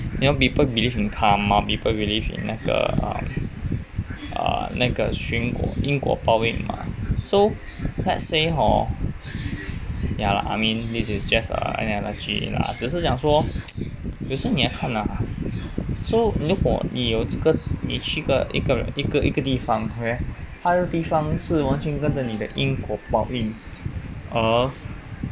you know people believe in karma people believe in 那个 err err 那个循果因果报应嘛 so let's say hor ya lah I mean this is just an analogy lah 只是讲说 有时你要看啊 so 如果你有这个你去一个一个一个地方 okay 他的地方是完全跟着你的因果报应而